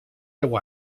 deu